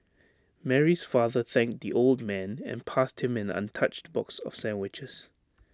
Mary's father thanked the old man and passed him an untouched box of sandwiches